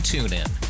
TuneIn